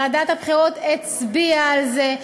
ועדת הבחירות הצביעה על זה,